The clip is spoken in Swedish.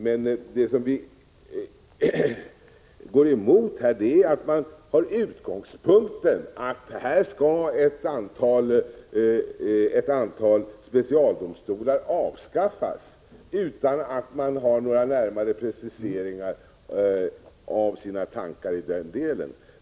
Det som vi går emot här är att man har utgångspunkten att ett antal specialdomstolar skall avskaffas — utan att man gör några preciseringar av sina tankar i den delen.